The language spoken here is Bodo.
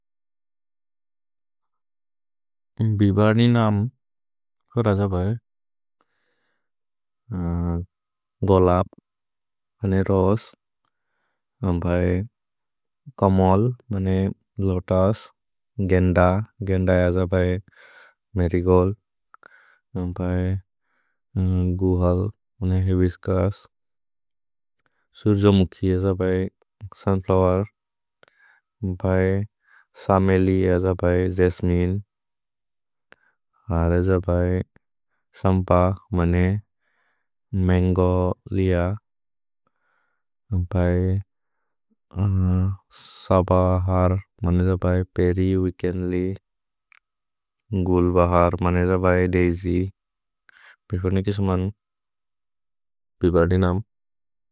भ्हिवनि नाम् गोलप्, रोसे कमल्, लोतुस् गेन्द। Marigold गुहल्, hibiscus सुर्जमुखि। सुन्फ्लोवेर् समेलि, जस्मिने हलेज बै सम्प, मोनेय् मन्गो। लेअ बै सबहर् मनेज बै पेरि, वीकेन्द्ल्य् गुल्बहर्। मनेज बै, दैस्य् भिवनि किस्मन् भिवनि नाम्।